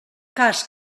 cas